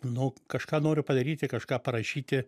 nu kažką noriu padaryti kažką parašyti